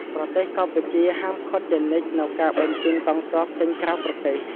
ប្រទេសកម្ពុជា ហាមឃាត់ជានិច្ចនូវការបញ្ជូនកងទ័ពចេញក្រៅប្រទេស។